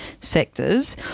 sectors